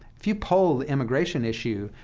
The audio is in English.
if you poll the immigration issue,